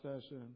session